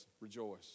rejoice